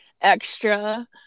extra